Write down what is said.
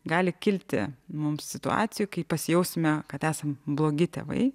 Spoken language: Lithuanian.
gali kilti mums situacijų kai pasijausim kad esam blogi tėvai